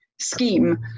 scheme